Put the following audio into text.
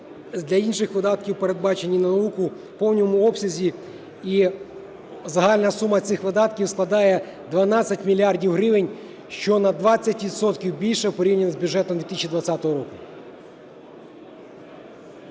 для інших видатків, передбачених на науку, в повному обсязі і загальна сума цих видатків складає 12 мільярдів гривень, що на 20 відсотків більше в порівнянні з бюджетом 2020 року.